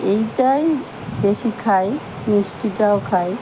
এইটাই বেশি খাই মিষ্টিটাও খাই